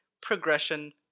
progression